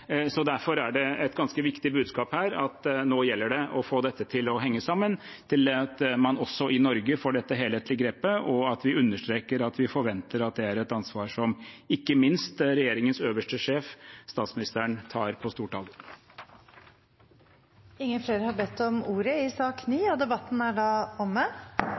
Derfor er det et ganske viktig budskap her at det nå gjelder å få dette til å henge sammen, at man også i Norge får dette helhetlige grepet, og at vi understreker at vi forventer at det er et ansvar som ikke minst regjeringens øverste sjef, statsministeren, tar på stort alvor. Flere har ikke bedt om ordet til sak nr. 9. Etter ønske fra kontroll- og konstitusjonskomiteen vil presidenten ordne debatten